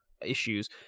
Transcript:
issues